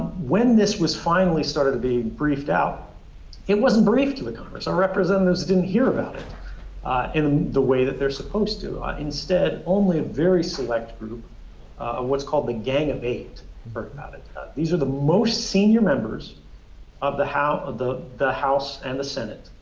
when this was finally started to be briefed out it wasn't briefed to the congress. our representatives didn't hear about it in the way that they're supposed to. instead, only a very select group what's called the gang of eight, you've heard about it these are the most senior members of the house of the the house and the senate.